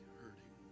hurting